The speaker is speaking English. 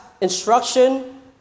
instruction